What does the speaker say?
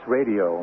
Radio